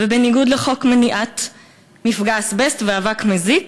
מנוגד לחוק למניעת מפגעי אסבסט ואבק מזיק,